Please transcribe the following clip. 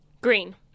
Green